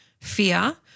fear